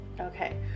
Okay